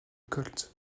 koltz